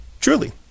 Truly